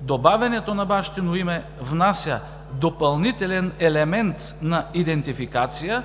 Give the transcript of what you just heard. Добавянето на бащино име внася допълнителен елемент на идентификация,